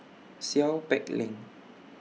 Seow Peck Leng